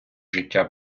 життя